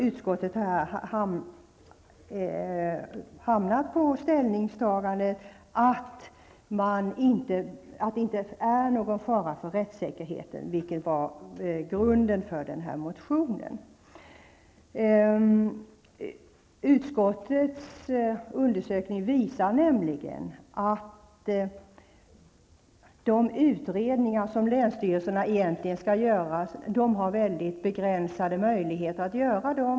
Utskottet har hamnat på ställningstagandet att detta inte skulle medföra någon fara för rättssäkerheten, vilket var grunden till den här motionen. Utskottets undersökning visar nämligen att länsstyrelserna har mycket begränsade möjligheter att göra de utredningar som de egentligen skall göra.